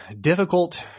difficult